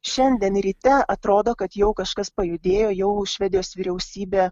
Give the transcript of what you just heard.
šiandien ryte atrodo kad jau kažkas pajudėjo jau švedijos vyriausybė